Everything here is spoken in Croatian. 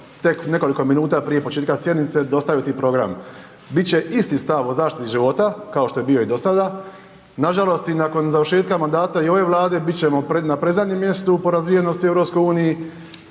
tek nekoliko minuta prije početka sjednice dostaviti program. Bit će isti stav o zaštiti života kao što je bio i dosada. Nažalost, i nakon završetka mandata i ove vlade bit ćemo na predzadnjem mjestu po razvijenosti u